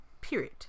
Period